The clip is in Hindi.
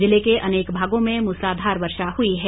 जिले के अनेक भागों में मूसलाधार वर्षा हुई है